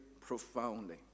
profoundly